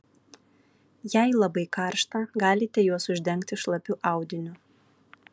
jei labai karšta galite juos uždengti šlapiu audiniu